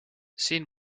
siin